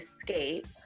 escape